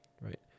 right